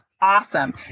awesome